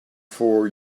for